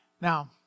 Now